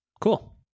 cool